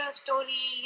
story